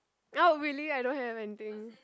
oh really I don't have anything